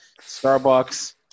Starbucks